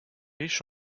riche